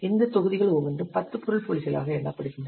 இந்த தொகுதிகள் ஒவ்வொன்றும் 10 பொருள் புள்ளிகளாக எண்ணப்படுகின்றன